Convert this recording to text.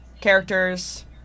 characters